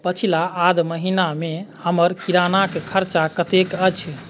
पछिला आध महिना मे हमर किरानाक खर्चा कतेक अछि